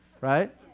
Right